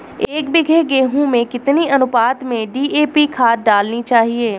एक बीघे गेहूँ में कितनी अनुपात में डी.ए.पी खाद डालनी चाहिए?